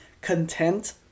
content